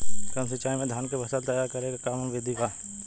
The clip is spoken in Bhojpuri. कम सिचाई में धान के फसल तैयार करे क कवन बिधि बा?